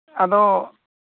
ᱟᱫᱚ